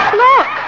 look